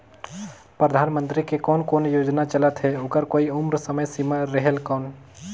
परधानमंतरी के कोन कोन योजना चलत हे ओकर कोई उम्र समय सीमा रेहेल कौन?